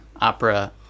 opera